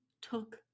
took